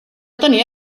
tenia